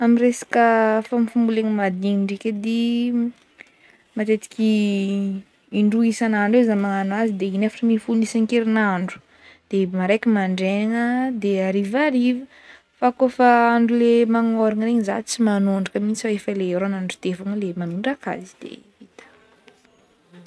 Amy resaka fambofambolegna madinika ndraiky edy, matetiky indroa isan'andro e zaho magnano azy de in'efatra ambin'ny folo isan-kerinandro, fa kaofa andro le magnorana igny za tsy magnondraka mihintsy fa efa le oran'andro te fogna le manondraka azy de vita.